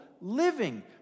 living